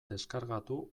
deskargatu